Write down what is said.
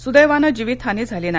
सुदैवाने जीवित हानी झाली नाही